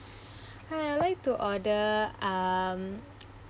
hi I'd like to order um